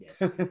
Yes